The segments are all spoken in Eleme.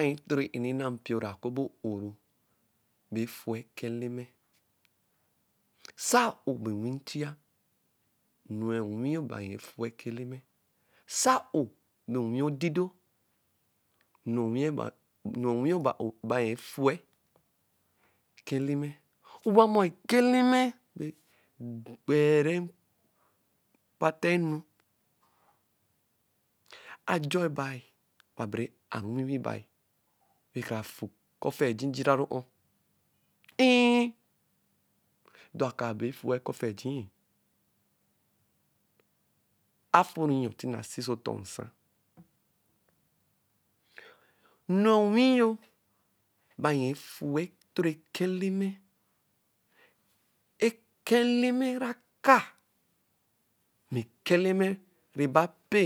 Mpio ra akempio o-ro bɛ efue eka Eleme. Se a-o bɛ onwi Nchia, no-e onwi yo bɛ anyɛ efue eka Eleme. Se a-o bɛ onwi odido, no-e onwi yo bɛ anyɛ efue eka Eleme. Owamɔ, eke Eleme bɛ egbere mpata enu. Ajor ebai babere aru ewiwi bai wɛ karafu eka ofeji jiraru o-o. Err edɔ akaa bɛfue eka ofeji-e. Afuri ayyɔɔ ntɛ naa si oso ɔtɔɔ nsa. Nu-e onwi yo ebe anyɛ efuɛ etoro ɛka Eleme. Eka Eleme na akaa bɛ ɛka Eleme neba pẹ.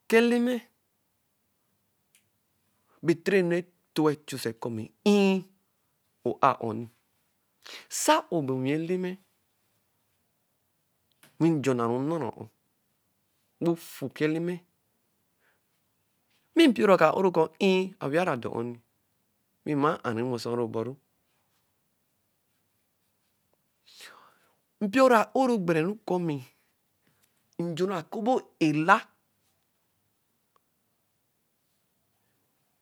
Eka Eleme bɛ etori enu netoẹ chusɛ kɔ err o-a o-oni. Se a-o bɛ onwi Eleme. wi njunaru nnara-on o-on, wẹ ofu eka Eleme, mi mpio ra ka aro kɔ awiara dɔ ɔ-ɔni wi mba aru eweseru ɔbɔru. Mpiora a-oro gbereru kɔ mi nju ra akempio e-la.